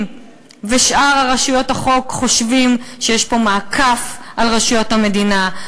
ושאר רשויות החוק חושבות שיש בהן מעקף של רשויות המדינה,